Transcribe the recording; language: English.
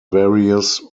various